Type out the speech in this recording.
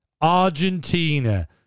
Argentina